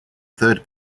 third